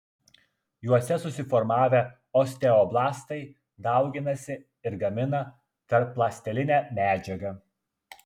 juose susiformavę osteoblastai dauginasi ir gamina tarpląstelinę medžiagą